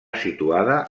situada